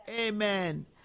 Amen